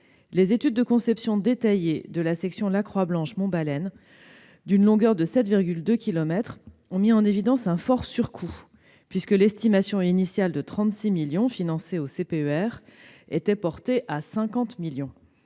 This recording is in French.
Les études de conception détaillée de la section La Croix-Blanche-Monbalen, d'une longueur de 7,2 kilomètres, ont mis en évidence un fort surcoût, l'estimation initiale de 36 millions d'euros financée dans le cadre du CPER étant portée à 50 millions